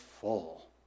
full